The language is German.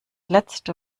letzte